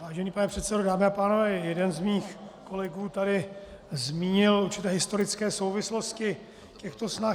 Vážený pane předsedo, dámy a pánové, jeden z mých kolegů tady zmínil určité historické souvislosti těchto snah.